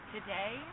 Today